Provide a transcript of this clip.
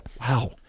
Wow